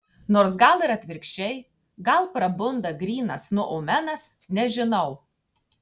nors gal ir atvirkščiai gal prabunda grynas noumenas nežinau